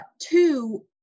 Two